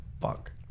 fuck